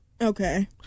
Okay